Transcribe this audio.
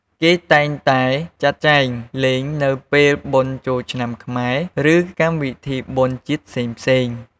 គេតែងតែចាត់ចែងលេងនៅពេលបុណ្យចូលឆ្នាំខ្មែរ ឬកម្មវិធីបុណ្យជាតិផ្សេងៗ។